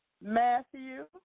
Matthew